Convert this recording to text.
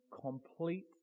complete